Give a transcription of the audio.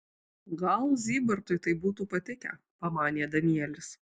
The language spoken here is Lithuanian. gal zybartui tai būtų patikę pamanė danielis